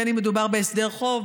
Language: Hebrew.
בין אם מדובר בהסדר חוב,